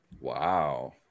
Wow